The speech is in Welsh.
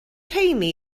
rheiny